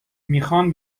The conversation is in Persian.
میخوان